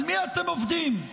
על מי אתם עובדים?